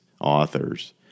authors